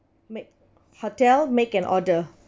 make hotel make an order